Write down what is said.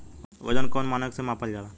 वजन कौन मानक से मापल जाला?